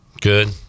good